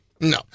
no